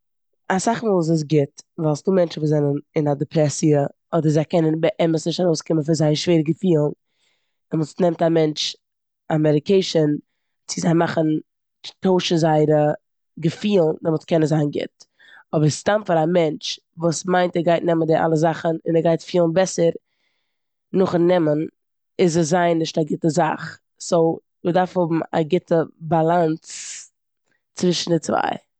אסאך מאל איז עס גוט ווייל ס'דא מענטשן וואס זענען אין א דעפרעסיע אדער זיי קענען באמת נישט ארויסקומען פון זייער שווערע געפילן, דעמאלטס נעמט א מענטש א מעדיקעישאן צו זיי מאכן טוישן זייערע געפילן דעמאלטס קען עס זיין גוט. אבער סתם פאר א מענטש וואס מיינט ער גייט נעמען די אלע זאכן און ער גייט פילן בעסער, נאכן נעמען איז עס זייער נישט א גוטע זאך. סאו מ'דארף האבן א גוטע באלאנס צווישן די צוויי.